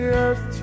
earth